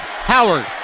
Howard